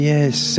Yes